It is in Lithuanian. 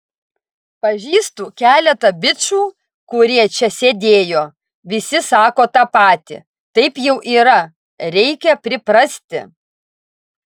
pažįstu keletą bičų kurie čia sėdėjo visi sako tą patį taip jau yra reikia priprasti